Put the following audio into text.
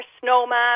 snowman